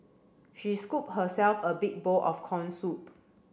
she scooped herself a big bowl of corn soup